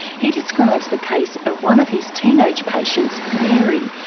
he describes the case of one of his teenage patients, mary,